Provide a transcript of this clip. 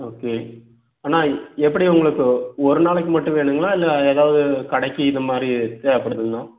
okay அண்ணா எப்படி உங்களுக்கு ஒரு நாளைக்கு மட்டும் வேணுங்களா இல்லை ஏதாவது கடைக்கு இதுமாதிரி தேவைப்படுதுங்கண்ணா